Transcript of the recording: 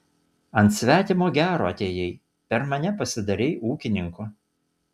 ant svetimo gero atėjai per mane pasidarei ūkininku